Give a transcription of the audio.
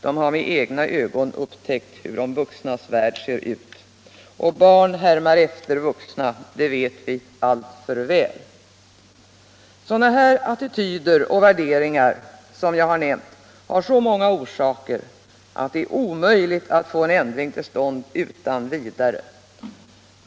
De har ju med egna ögon upptäckt hur de vuxnas värld ser ut. Och barn härmar efter vuxna. Det vet vi alltför väl. Sådana här attityder och värderingar som jag nämnt har så många orsaker att det är omöjligt att få en ändring till stånd utan vidare.